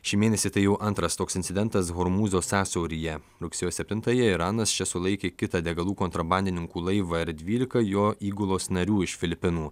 šį mėnesį tai jau antras toks incidentas hormūzo sąsiauryje rugsėjo septintąją iranas čia sulaikė kitą degalų kontrabandininkų laivą ir dvylika jo įgulos narių iš filipinų